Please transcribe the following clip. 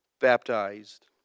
baptized